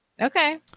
Okay